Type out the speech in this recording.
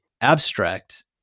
abstract